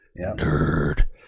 nerd